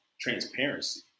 transparency